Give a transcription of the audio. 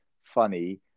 funny